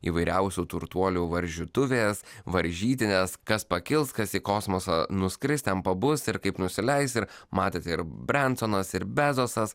įvairiausių turtuolių varžytuvės varžytinės kas pakils kas į kosmosą nuskristi ten pabus ir kaip nusileis ir matėte ir brensonas ir bezosas